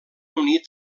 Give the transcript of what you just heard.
unir